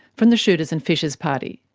from the shooters and fishers party.